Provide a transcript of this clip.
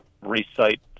recite